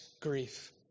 grief